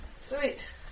Sweet